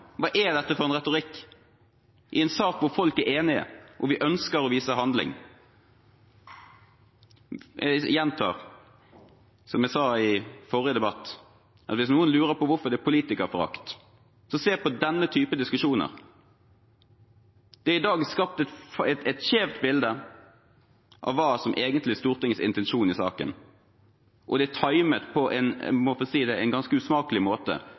i en sak hvor folk er enige, og hvor vi ønsker å vise handling? Jeg gjentar det jeg sa i forrige debatt: Hvis noen lurer på hvorfor det er politikerforakt, se på denne typen diskusjoner. Det er i dag skapt et skjevt bilde av hva som egentlig er Stortingets intensjon i saken, og det er timet – jeg må få si det – på en ganske usmakelig måte